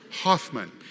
Hoffman